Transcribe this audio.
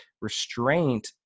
restraint